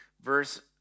verse